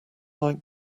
like